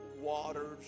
waters